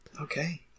Okay